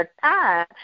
time